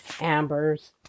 Amber's